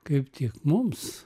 kaip tik mums